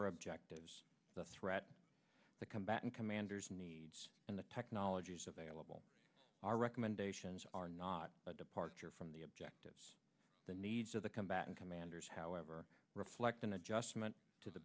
our objectives the threat the combatant commanders needs and the technologies available our recommendations are not a departure from the objectives the needs of the combatant commanders however reflect an adjustment to the